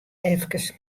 efkes